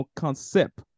concept